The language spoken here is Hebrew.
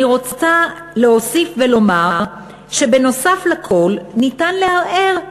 אני רוצה להוסיף ולומר שבנוסף לכול ניתן לערער.